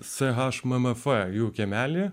c h m m f jų kiemely